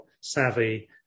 savvy